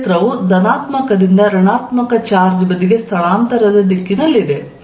ಕ್ಷೇತ್ರವು ಧನಾತ್ಮಕದಿಂದ ಋಣಾತ್ಮಕ ಚಾರ್ಜ್ ಬದಿಗೆ ಸ್ಥಳಾಂತರದ ದಿಕ್ಕಿನಲ್ಲಿರುತ್ತದೆ